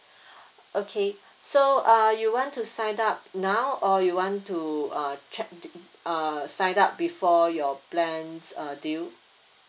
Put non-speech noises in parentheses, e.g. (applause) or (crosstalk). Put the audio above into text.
(breath) okay so uh you want to sign up now or you want to uh check the uh sign up before your plans uh due